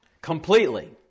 completely